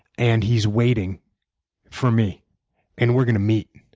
and he's waiting for me and we're going to meet.